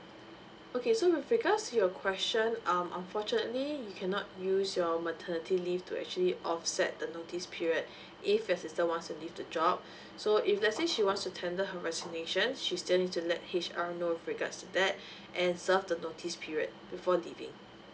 okay so with regards to your question um unfortunately you cannot use your maternity leave to actually offset the notice period if your sister wants to leave the job so if let's say she wants to tender her resignation she still need to let H_R know with regards to that and serve the notice period before leaving